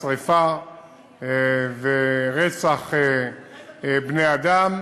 שרפה ורצח בני-אדם,